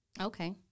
Okay